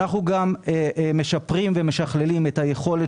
אנחנו גם משפרים ומשכללים את היכולת